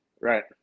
Right